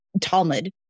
Talmud